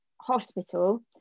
hospital